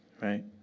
right